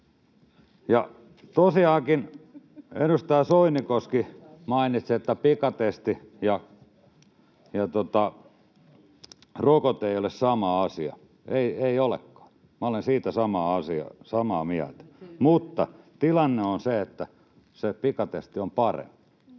Tosiaankin, edustaja Soinikoski mainitsi, että pikatesti ja rokote eivät ole sama asia. Eivät olekaan, minä olen siitä samaa mieltä, mutta tilanne on se, että se pikatesti on parempi